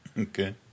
Okay